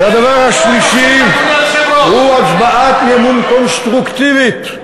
והדבר השלישי הוא הצבעת אי-אמון קונסטרוקטיבית.